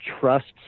trusts